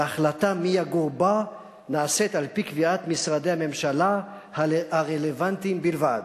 וההחלטה מי יגור בה נעשית על-פי קביעת משרדי הממשלה הרלוונטיים בלבד.